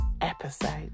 episode